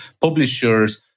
publishers